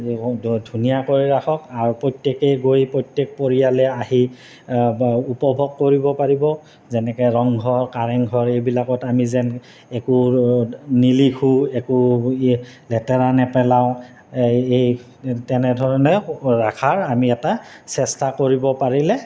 ধুনীয়াকৈ ৰাখক আৰু প্ৰত্যেকেই গৈ প্ৰত্যেক পৰিয়ালে আহি উপভোগ কৰিব পাৰিব যেনেকৈ ৰংঘৰ কাৰেংঘৰ এইবিলাকত আমি যেন একো নিলিখোঁ একো লেতেৰা নেপেলাওঁ এই তেনেধৰণে ৰাখাৰ আমি এটা চেষ্টা কৰিব পাৰিলে